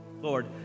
lord